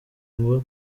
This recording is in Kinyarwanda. ngo